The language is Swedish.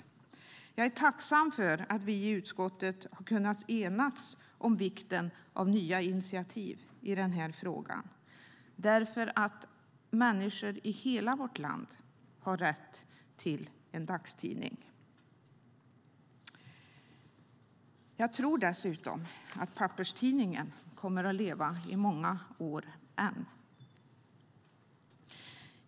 Därför är jag tacksam för att vi i utskottet har kunnat enas om vikten av nya initiativ i den här frågan eftersom människor i hela vårt land har rätt till en dagstidning. Jag tror dessutom att papperstidningen kommer att leva i många år än.